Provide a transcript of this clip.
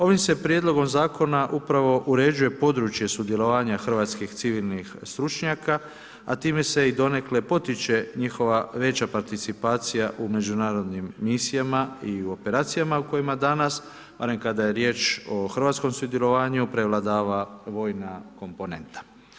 Ovim se prijedlogom zakona upravo uređuje područje sudjelovanje hrvatskih civilnih stručnjaka, a time se donekle i potiče njihova veća participacija u međunarodnim misijama i u operacijama u kojima danas onim kada je riječ o hrvatskom sudjelovanju prevladava vojna komponenta.